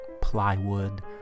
plywood